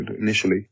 initially